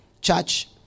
Church